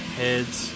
heads